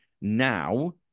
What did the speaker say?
Now